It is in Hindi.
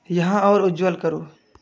यहाँ और उज्ज्वल करो